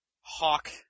Hawk